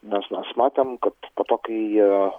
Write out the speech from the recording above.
nes mes matėm kad po to kai